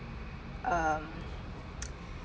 um